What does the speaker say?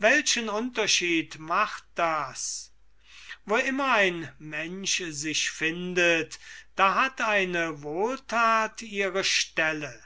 welchen unterschied macht das wo immer ein mensch sich findet da hat eine wohlthat ihre stelle